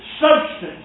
substance